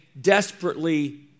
desperately